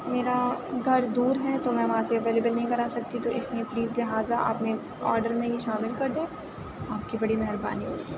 میرا گھر دور ہے تو میں وہاں سے اویلیبل نہیں کرا سکتی تو اِس لیے پلیز لہٰذا اپنے آڈر میں یہ شامل کر دیں آپ کی بڑی مہربانی ہوگی